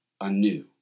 anew